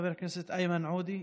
חבר הכנסת איימן עודה,